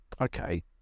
okay